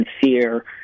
fear